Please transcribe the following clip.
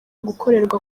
gukorerwa